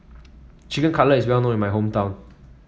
Chicken Cutlet is well known in my hometown